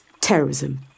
terrorism